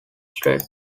strait